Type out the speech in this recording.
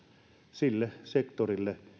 sille sektorille